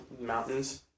mountains